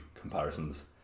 comparisons